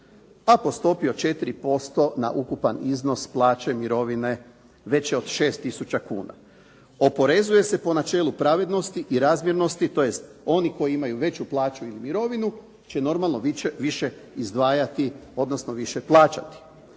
a po stopi od 4% na ukupan iznos plaće i mirovine veće od 6 tisuća kuna. Oporezuje se po načelu pravednosti i razmjernosti, tj. oni koji imaju veću plaću i mirovinu će normalno više izdvajati, odnosno više plaćati.